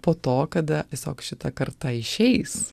po to kada tiesiog šita karta išeis